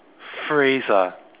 phrase ah